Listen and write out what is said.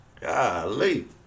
Golly